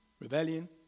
rebellion